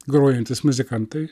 grojantys muzikantai